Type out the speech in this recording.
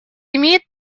имеет